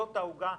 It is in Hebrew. זאת העוגה,